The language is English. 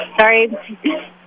sorry